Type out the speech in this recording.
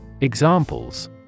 Examples